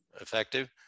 effective